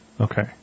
Okay